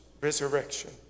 resurrection